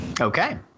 Okay